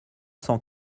cent